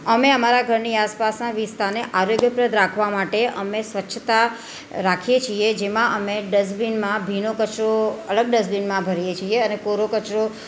અમે અમારા ઘરની આસપાસના વિસ્તારને આરોગ્યપ્રદ રાખવા માટે અમે સ્વચ્છતા રાખીએ છીએ જેમાં અમે ડસ્ટબિનમાં ભીનો કચરો અલગ ડસ્ટબિનમાં ભરીએ છીએ અને કોરો કચરો